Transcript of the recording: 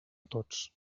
tots